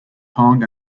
kong